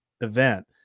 event